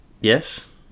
yes